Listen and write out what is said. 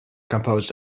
composed